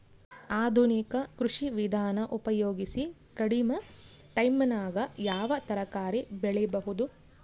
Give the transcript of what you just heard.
ಆಧುನಿಕ ಕೃಷಿ ವಿಧಾನ ಉಪಯೋಗಿಸಿ ಕಡಿಮ ಟೈಮನಾಗ ಯಾವ ತರಕಾರಿ ಬೆಳಿಬಹುದು?